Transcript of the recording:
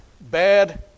bad